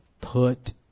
put